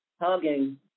hugging